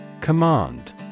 Command